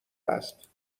است